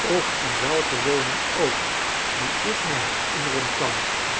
of in welke woniing ook die ik mij herinneren kah